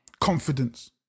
confidence